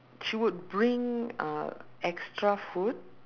she would bring uh extra food